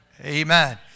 Amen